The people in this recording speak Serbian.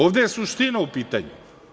Ovde je suština u pitanju.